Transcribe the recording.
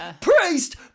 priest